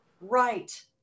Right